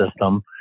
system